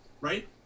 right